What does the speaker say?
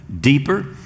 deeper